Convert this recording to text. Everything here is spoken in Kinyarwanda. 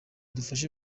dufashe